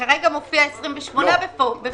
כרגע מופיע 28 בפברואר.